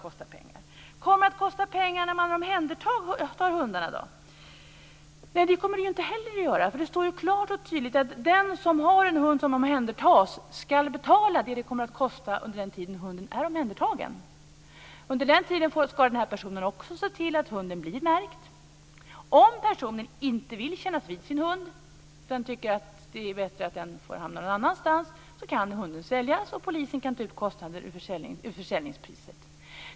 Kommer det att kosta pengar att omhänderta hundarna? Nej, det kommer det inte heller att göra. Det står klart och tydligt att den som har en hund som omhändertas ska betala det det kommer att kosta under tiden hunden är omhändertagen. Under den tiden ska personen också se till att hunden blir märkt. Om personen inte vill kännas vid sin hund utan tycker att det är bättre att den får hamna någon annanstans får hunden säljas och polisen får ta ut kostnaden ur försäljningspriset.